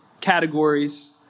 categories